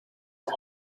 van